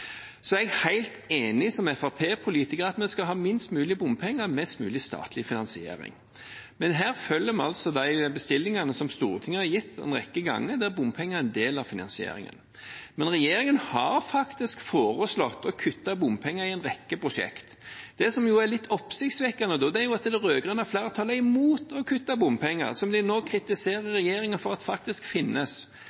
er som Fremskrittsparti-politiker helt enig i at vi skal ha minst mulig bompenger og mest mulig statlig finansiering, men her følger vi de bestillingene som Stortinget har gitt en rekke ganger, der bompenger er en del av finansieringen. Men regjeringen har faktisk foreslått å kutte bompenger i en rekke prosjekter. Det som er litt oppsiktsvekkende, er at det rød-grønne flertallet er imot å kutte bompenger – som de nå kritiserer